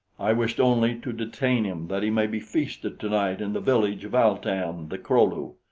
i wished only to detain him that he may be feasted tonight in the village of al-tan the kro-lu.